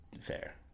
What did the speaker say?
Fair